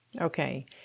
Okay